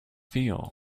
feel